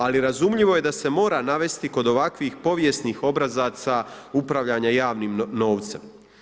Ali razumljivo je da se mora navesti kod ovakvih povijesnih obrazaca upravljanja javnim novcem.